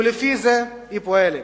ולפי זה היא פועלת.